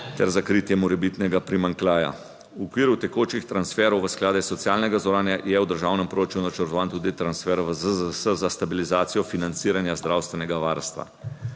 ter za kritje morebitnega primanjkljaja. V okviru tekočih transferov v sklade socialnega zavarovanja je v državnem proračunu načrtovan tudi transfer v ZZZS za stabilizacijo financiranja zdravstvenega varstva.